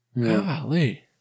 Golly